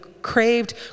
craved